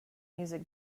music